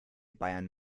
bayern